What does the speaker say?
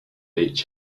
beach